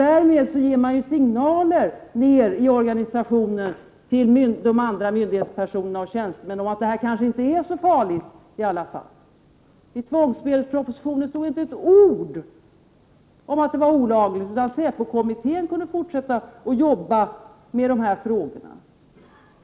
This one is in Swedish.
Därmed ger man signaler ned i organisationen, till de andra myndighetspersonerna och tjänstemännen, om att detta kanske inte är så farligt i alla fall. I tvångsmedelspropositionen stod det inte ett ord om att det var olagligt, utan säpokommittén kunde fortsätta att arbeta med de här frågorna.